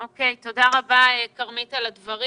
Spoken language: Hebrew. כרמית, תודה רבה על הדברים.